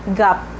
gap